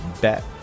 Bet